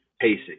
pacing